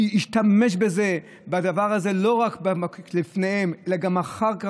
השתמש בדבר הזה לא רק לפניהם אלא גם אחר כך,